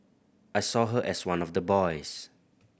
I saw her as one of the boys